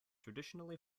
traditionally